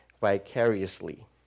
vicariously